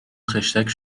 خشتک